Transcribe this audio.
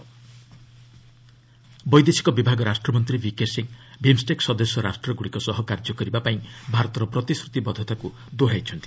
BIMSTEC ବୈଦେଶିକ ବିଭାଗ ରାଷ୍ଟ୍ରମନ୍ତ୍ରୀ ବିକେ ସିଂ ବିମ୍ଷ୍ଟେକ୍ ସଦସ୍ୟ ରାଷ୍ଟ୍ରଗୁଡ଼ିକ ସହ କାର୍ଯ୍ୟ କରିବା ପାଇଁ ଭାରତର ପ୍ରତିଶ୍ରତିବଦ୍ଧତାକୁ ଦୋହରାଇଛନ୍ତି